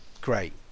Great